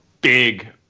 big